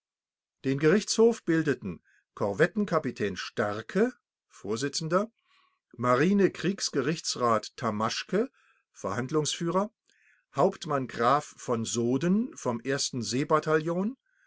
den gerichtshof bildeten korvettenkapitän starke vorsitzender marine kriegsgerichtsrat tamaschke verhandlungsführer hauptmann graf v soden vom